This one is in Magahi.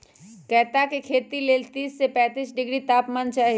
कैता के खेती लेल तीस से पैतिस डिग्री तापमान चाहि